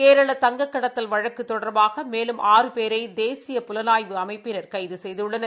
கேரளா தங்கக்கடத்தல் வழக்கு தொடர்பாக மேலும் ஆறு பேரை தேசிய புலனாய்வு அமைப்பினர் கைது செய்துள்ளன்